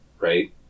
Right